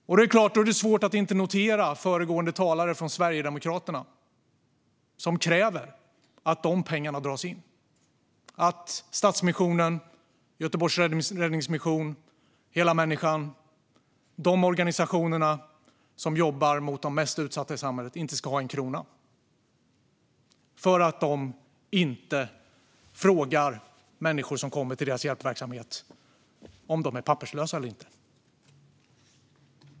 Då är det förstås svårt att inte notera föregående talare från Sverigedemokraterna, som kräver att de pengarna dras in - att Stadsmissionen, Göteborgs Räddningsmission, Hela Människan och de andra organisationer som jobbar mot de mest utsatta i samhället inte ska ha en krona eftersom de inte frågar människor som kommer till deras hjälpverksamhet om de är papperslösa eller inte.